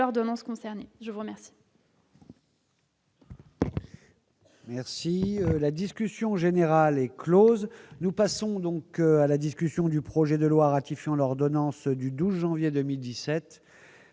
l'ordonnance concernés, je vous remercie. Merci la discussion générale est Close, nous passons donc à la discussion du projet de loi ratifiant l'ordonnance du 12 janvier 2017